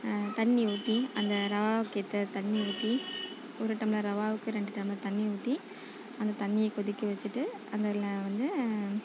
தண்ணி ஊற்றி அந்த ரவாக்கேற்ற தண்ணி ஊற்றி ஒரு டம்ளர் ரவாவுக்கு ரெண்டு டம்ளர் தண்ணி ஊற்றி அந்த தண்ணியை கொதிக்க வச்சுட்டு அதில் வந்து